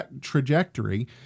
trajectory